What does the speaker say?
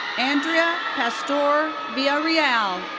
andrea pastor villarreal.